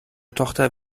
tochter